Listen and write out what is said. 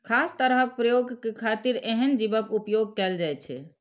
खास तरहक प्रयोग के खातिर एहन जीवक उपोयग कैल जाइ छै